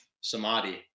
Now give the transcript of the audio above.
samadhi